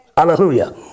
Hallelujah